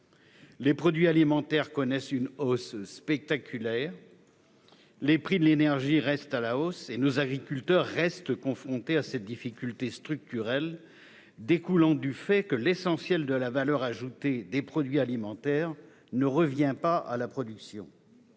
Les produits alimentaires connaissent une hausse spectaculaire, les prix de l'énergie restent à la hausse et nos agriculteurs demeurent confrontés à cette difficulté structurelle découlant du fait que l'essentiel de la valeur ajoutée des produits alimentaires ne revient pas à la production.